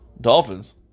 Dolphins